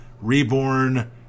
Reborn